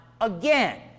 again